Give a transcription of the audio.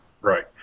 Right